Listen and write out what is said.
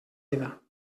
vida